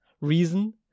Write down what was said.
reason